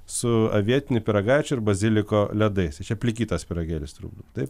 su avietiniu pyragaičiu ir baziliko ledais tai čia plikytas pyragėlis turbūt taip